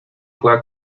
juega